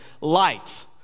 light